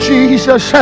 Jesus